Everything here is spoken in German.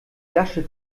lasche